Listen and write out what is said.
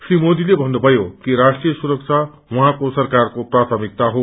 श्री मोदीले भन्नुभयो कि राष्ट्रिय सुरक्षा उहाँको सरकारको प्रायमिकता हो